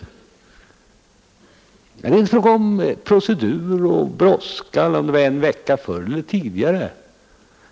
Det är inte fråga om procedur och brådska — om det var en vecka förr eller senare.